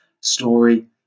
story